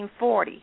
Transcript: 1940